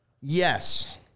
Yes